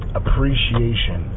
appreciation